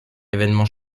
événements